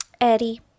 Eddie